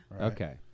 okay